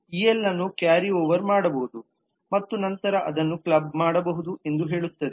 EL ಅನ್ನು carry over ಮಾಡಬಹುದು ಮತ್ತು ನಂತರ ಅದನ್ನು ಕ್ಲಬ್ ಮಾಡಬಹುದು ಎಂದು ಹೇಳುತ್ತದೆ